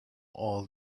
all